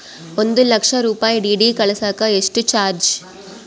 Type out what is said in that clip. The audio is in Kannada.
ಒಂದು ಲಕ್ಷ ರೂಪಾಯಿ ಡಿ.ಡಿ ಕಳಸಾಕ ಎಷ್ಟು ಚಾರ್ಜ್?